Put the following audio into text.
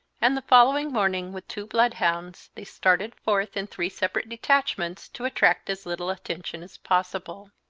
and the following morning, with two blood-hounds, they started forth in three separate detachments to attract as little attention as possible.